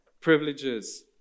privileges